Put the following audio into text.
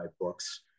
books